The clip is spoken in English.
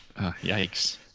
Yikes